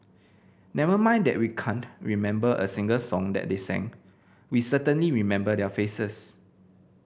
never mind that we can't remember a single song that they sang we certainly remember their faces